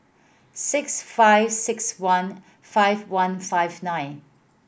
six five six one five one five nine